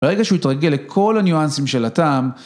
ברגע שהוא יתרגל לכל הניואנסים של הטעם...